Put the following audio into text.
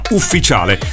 ufficiale